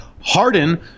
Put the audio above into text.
Harden